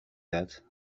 that